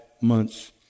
months